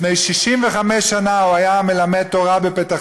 לפני 65 שנה הוא היה מלמד תורה בפתח